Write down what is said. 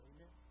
Amen